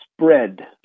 spread